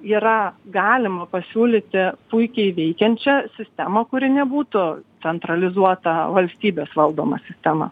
yra galima pasiūlyti puikiai veikiančią sistemą kuri nebūtų centralizuota valstybės valdoma sistema